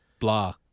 Blah